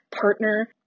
partner